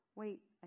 Wait